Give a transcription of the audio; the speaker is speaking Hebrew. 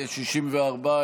64,